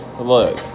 Look